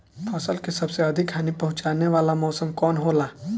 फसल के सबसे अधिक हानि पहुंचाने वाला मौसम कौन हो ला?